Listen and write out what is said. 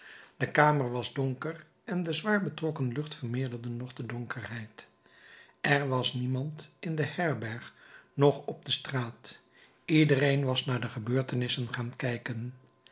de kamer was donker en de zwaar betrokken lucht vermeerderde nog de donkerheid er was niemand in de herberg noch op de straat iedereen was naar de gebeurtenissen gaan kijken